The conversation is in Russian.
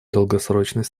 долгосрочной